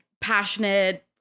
passionate